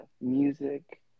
music